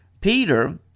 Peter